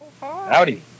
Howdy